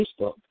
Facebook